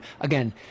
Again